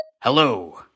Hello